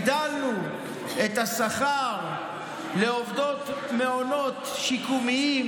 הגדלנו את השכר לעובדות מעונות שיקומיים,